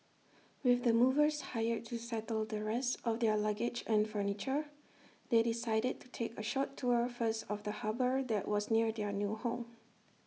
with the movers hired to settle the rest of their luggage and furniture they decided to take A short tour first of the harbour that was near their new home